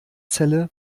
celle